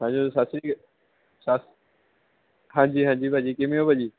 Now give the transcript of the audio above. ਹਾਂਜੀ ਸਤਿ ਸ਼੍ਰੀ ਸ਼ਾ ਹਾਂਜੀ ਹਾਂਜੀ ਭਾਅ ਜੀ ਕਿਵੇਂ ਹੋ ਭਾਅ ਜੀ